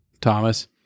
Thomas